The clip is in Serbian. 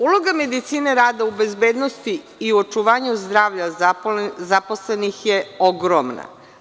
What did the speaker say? Uloga medicine rada u bezbednosti i očuvanju zdravlja zaposlenih je ogromna.